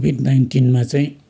covid नाइन्टिनमा चाहिँ